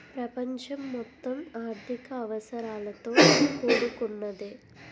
ప్రపంచం మొత్తం ఆర్థిక అవసరాలతో కూడుకున్నదే